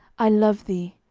i love thee.